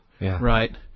right